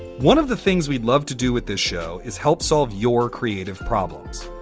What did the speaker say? one of the things we'd love to do with this show is help solve your creative problems.